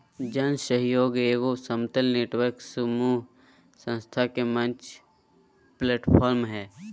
जन सहइोग एगो समतल नेटवर्क समूह संस्था के मंच प्लैटफ़ार्म हइ